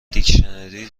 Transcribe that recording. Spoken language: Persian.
دیکشنری